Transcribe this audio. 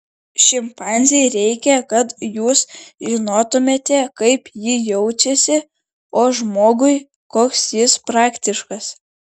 šimpanzei reikia kad jūs žinotumėte kaip ji jaučiasi o žmogui koks jis praktiškas